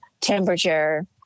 temperature